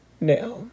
now